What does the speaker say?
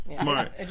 smart